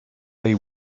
they